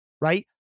right